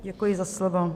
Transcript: Děkuji za slovo.